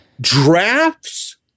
drafts